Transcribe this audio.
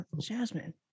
Jasmine